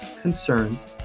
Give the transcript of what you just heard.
concerns